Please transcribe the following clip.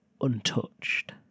untouched